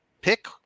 pick